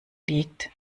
liegt